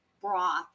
broth